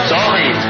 Sorry